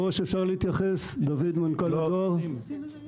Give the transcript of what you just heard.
אל תסבירו לי